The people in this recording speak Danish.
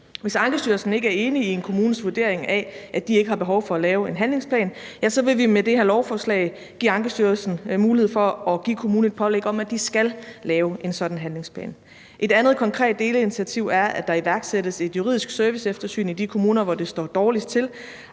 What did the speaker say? Hvis Ankestyrelsen ikke er enig i en kommunes vurdering af, at de ikke har behov for at lave en handlingsplan, vil vi med det her lovforslag give Ankestyrelsen mulighed for at give kommunen et pålæg om, at de skal lave en sådan handlingsplan. Et andet konkret delinitiativ er, at der iværksættes et juridisk serviceeftersyn i de kommuner, hvor det står dårligst til.